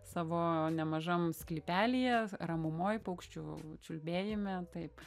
savo nemažam sklypelyje ramumoj paukščių čiulbėjime taip